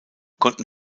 konnten